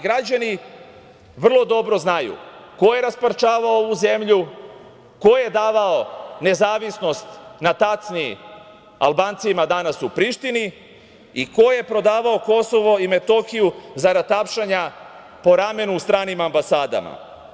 Građani vrlo dobro znaju ko je rasparčavao ovu zemlju, ko je davao nezavisnost na tacni Albancima danas u Prištini i ko je prodavao Kosovo i Metohiju zarad tapšanja po ramenu u stranim ambasadama.